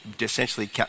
essentially